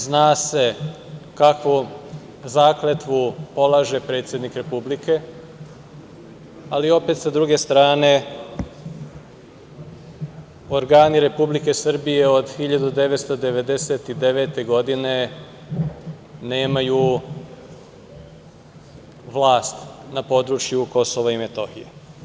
Zna se kakvu zakletvu polaže predsednik Republike, ali opet sa druge strane organi Republike Srbije od 1999. godine nemaju vlast na području Kosova i Metohije.